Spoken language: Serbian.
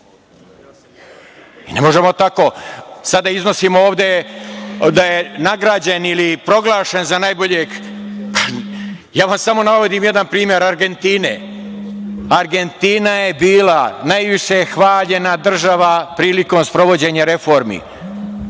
možemo tako sad da iznosimo ovde da je nagrađen ili proglašen za najboljeg… Ja vam samo navodim jedan primer Argentine. Argentina je bila najviše hvaljena država prilikom sprovođenja reformi.